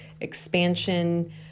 expansion